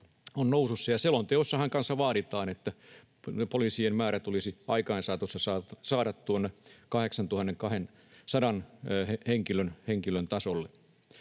on nousussa, ja selonteossahan kanssa vaaditaan, että poliisien määrä tulisi aikain saatossa saada tuonne 8 200 henkilön tasolle.